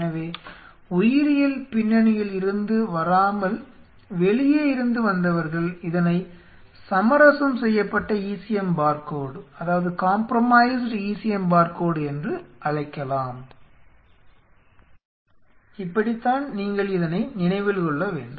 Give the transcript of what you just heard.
எனவே உயிரியல் பின்னணியில் இருந்து வராமல் வெளியே இருந்து வந்தவர்கள் இதனை சமரசம் செய்யப்பட்ட ECM பார்கோடு என்று அழைக்கலாம் இப்படித்தான் நீங்கள் இதனை நினைவில் கொள்ள வேண்டும்